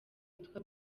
witwa